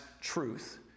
truth